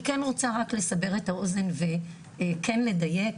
אני כן רוצה רק לסבר את האוזן וכן לדייק,